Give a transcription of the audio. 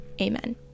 Amen